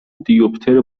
دیوپتر